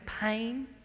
pain